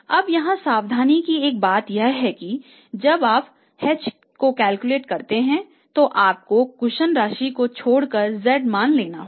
अब यहां सावधानी का एक बात यह है कि जब आप h को कैलकुलेट करते हैं तो आपको कुशन राशि को छोड़कर z मान लेना होगा